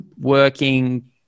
working